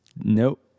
Nope